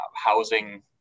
housing